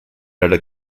added